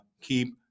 keep